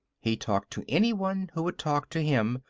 he talked to anyone who would talk to him,